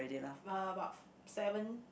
uh about seven